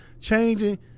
changing